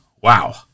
Wow